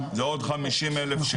זה עוד 50,000 שקל,